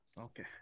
Okay